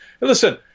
Listen